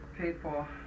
people